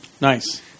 Nice